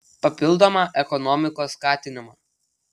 papildomą ekonomikos skatinimą